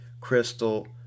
crystal